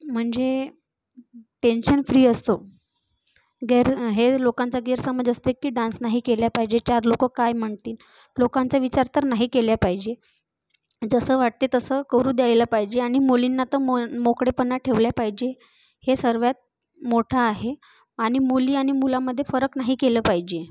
म्हणजे tension free असतो गेर हे लोकांचा गैरसमज असते की डान्स नाही केला पाहिजे चार लोक काय म्हणतील लोकांचा विचार तर नाही केल्या पाहिजे जसं वाटते तसं करू द्यायला पाहिजे आणि मुलींना तर मो मोकळेपणा ठेवले पाहिजे हे सर्वात मोठा आहे आणि मुली आणि मुलांमध्ये फरक नाही केला पाहिजे